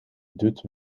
doet